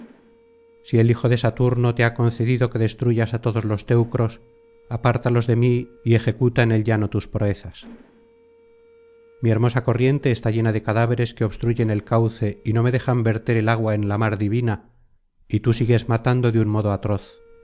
si el hijo de saturno te ha concedido que destruyas á todos los teucros apártalos de mí y ejecuta en el llano tus proezas mi hermosa corriente está llena de cadáveres que obstruyen el cauce y no me dejan verter el agua en la mar divina y tú sigues matando de un modo atroz